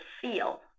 feel